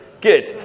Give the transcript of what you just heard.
good